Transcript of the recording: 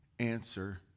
answer